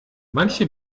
manche